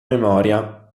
memoria